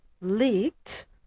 leaked